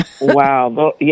Wow